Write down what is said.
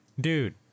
Dude